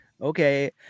Okay